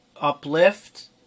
uplift